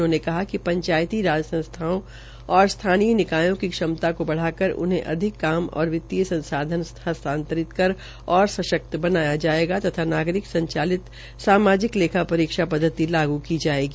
उन्होंने कहा कि पंचायती राज संस्थाओं और स्थानीय निकायों को क्षमता को बढ़ाकर उन्हें अधिक काम और वितीय संसाधन हस्तांतरित कर और सशक्त बनाया जायेगा और नागरिक संचालित सामाजिक लेख परीक्षा पदवति लागू की जायेगी